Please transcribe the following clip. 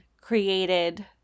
created